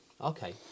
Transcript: Okay